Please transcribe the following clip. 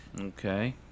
Okay